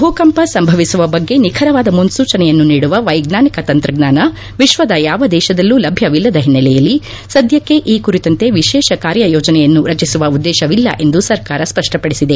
ಭೂಕಂಪ ಸಂಭವಿಸುವ ಬಗ್ಗೆ ನಿಖರವಾದ ಮುನ್ಲೂಚನೆಯನ್ನು ನೀಡುವ ವೈಜ್ಞಾನಿಕ ತಂತ್ರಜ್ಞಾನ ವಿಶ್ವದ ಯಾವ ದೇಶದಲ್ಲೂ ಲಭ್ಯವಿಲ್ಲದ ಓನ್ನೆಲೆಯಲ್ಲಿ ಸದ್ಯಕ್ಕೆ ಈ ಕುರಿತಂತೆ ವಿಶೇಷ ಕಾರ್ಯಯೋಜನೆಯನ್ನು ರಚಿಸುವ ಉದ್ದೇಶವಿಲ್ಲ ಎಂದು ಸರ್ಕಾರ ಸ್ಪಷ್ಟಪಡಿಸಿದೆ